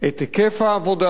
את היקף העבודה.